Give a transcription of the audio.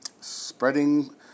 Spreading